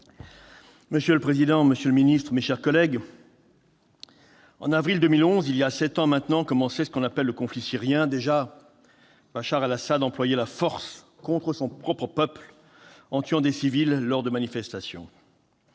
Monsieur le président, monsieur le ministre, mes chers collègues, en avril 2011, il y a sept ans maintenant, commençait ce qu'on appelle le conflit syrien. Déjà, Bachar al-Assad employait la force contre son propre peuple, en tuant des civils lors de manifestations.